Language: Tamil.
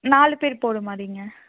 நாலு பேர் போகிற மாதிரிங்க